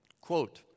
Quote